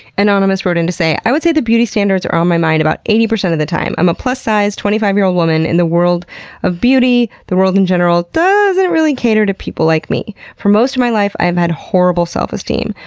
anonymous wrote in to say, i would say that beauty standards are on my mind about eighty percent of the time. i'm a plus-size, twenty five year-old woman and the world of beauty, the world in general, doesn't really cater to people like me. for most of my life i've had horrible self-esteem.